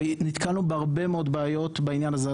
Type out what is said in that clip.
ונתקלנו בהרבה מאוד בעיות בנושא הזה.